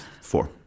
Four